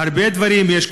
הרבה דברים יש,